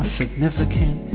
significant